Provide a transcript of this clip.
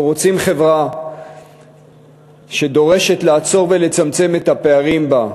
אנחנו רוצים חברה שדורשת לעצור ולצמצם את הפערים בה.